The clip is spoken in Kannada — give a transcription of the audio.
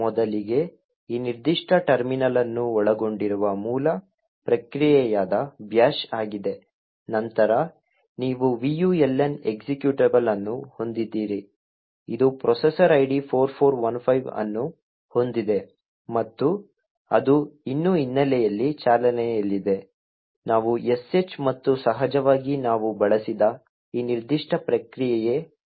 ಮೊದಲಿಗೆ ಈ ನಿರ್ದಿಷ್ಟ ಟರ್ಮಿನಲ್ ಅನ್ನು ಒಳಗೊಂಡಿರುವ ಮೂಲ ಪ್ರಕ್ರಿಯೆಯಾದ ಬ್ಯಾಶ್ ಆಗಿದೆ ನಂತರ ನೀವು vuln ಎಕ್ಸಿಕ್ಯೂಟಬಲ್ ಅನ್ನು ಹೊಂದಿದ್ದೀರಿ ಇದು ಪ್ರೊಸೆಸ್ ID 4415 ಅನ್ನು ಹೊಂದಿದೆ ಮತ್ತು ಅದು ಇನ್ನೂ ಹಿನ್ನೆಲೆಯಲ್ಲಿ ಚಾಲನೆಯಲ್ಲಿದೆ ನಾವು sh ಮತ್ತು ಸಹಜವಾಗಿ ನಾವು ಬಳಸಿದ ಈ ನಿರ್ದಿಷ್ಟ ಪ್ರಕ್ರಿಯೆ ps